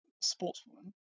sportswoman